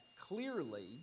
clearly